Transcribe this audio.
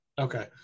Okay